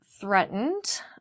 threatened